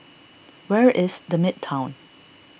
where is the Midtown